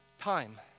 time